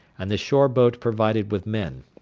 and the shore-boat provided with men.